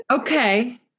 Okay